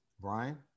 Brian